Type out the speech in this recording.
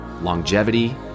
longevity